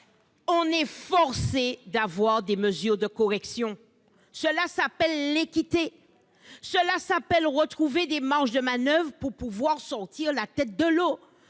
on est forcé d'avoir des mesures de correction. Justement ! Cela s'appelle l'équité. Cela s'appelle retrouver des marges de manoeuvre pour sortir la tête de l'eau.